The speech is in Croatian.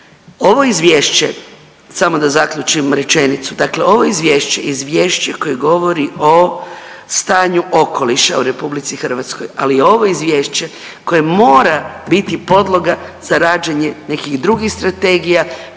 ovo izvješće samo da zaključim rečenicu, dakle ovo izvješće je izvješće koje govori o stanju okoliša u RH, ali ovo izvješće koje mora biti podloga za rađanje nekih drugih strategija,